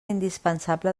indispensable